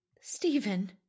Stephen